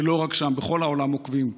ולא רק שם, בכל העולם עוקבים.